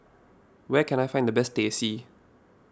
where can I find the best Teh C